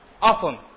often